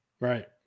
Right